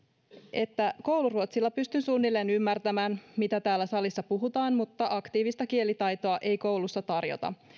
että kouluruotsilla pystyy suunnilleen ymmärtämään mitä täällä salissa puhutaan mutta aktiivista kielitaitoa ei koulussa tarjota